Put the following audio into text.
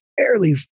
fairly